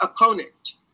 opponent